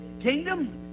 kingdom